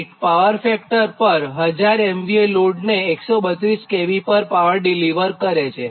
8 power factor પર 1000 MVA લોડને 132 kV પર પાવર ડિલીવર કરે છે